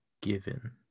given